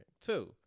Two